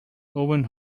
owen